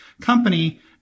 company